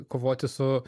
kovoti su